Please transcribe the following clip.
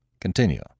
Continue